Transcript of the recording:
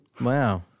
Wow